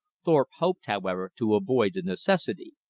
thorpe hoped, however, to avoid the necessity.